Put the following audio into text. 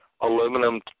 aluminum